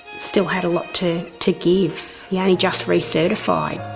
still had a lot to to give. he only just recertified,